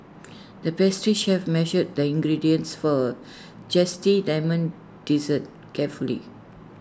the pastry chef measured the ingredients for A Zesty Lemon Dessert carefully